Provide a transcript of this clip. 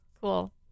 Cool